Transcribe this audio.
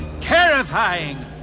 terrifying